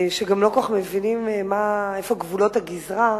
שלא כל כך מבינים איפה גבולות הגזרה ביניהם,